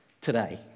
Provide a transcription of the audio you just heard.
today